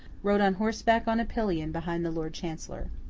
rode on horseback on a pillion behind the lord chancellor.